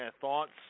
thoughts